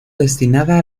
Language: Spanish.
destinada